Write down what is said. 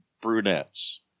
brunettes